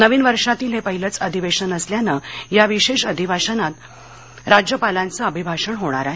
नवीन वर्षातील हे पहिलेच अधिवेशन असल्याने या विशेष अधिवेशनात राज्यपालांचे अभिभाषण होणार आहे